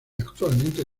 actualmente